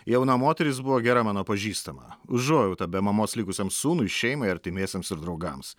jauna moteris buvo gera mano pažįstama užuojauta be mamos likusiam sūnui šeimai artimiesiems ir draugams